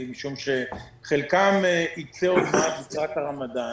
משום שחלקם יצא עוד מעט לקראת הרמדאן